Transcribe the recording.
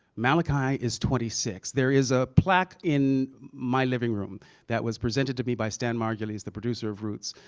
malachi is twenty six. there is a plaque in my living room that was presented to me by stan margulies, the producer of roots,